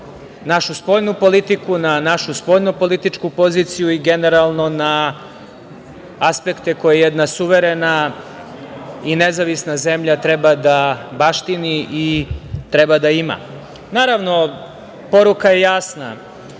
našu spoljnu politiku, na našu spoljnopolitičku poziciju i generalno na aspekte koje jedna suverena i nezavisna zemlja treba da baštini i treba da ima. Naravno, poruka je jasna